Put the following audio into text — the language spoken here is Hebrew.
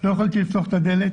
לא יכולתי לפתוח את הדלת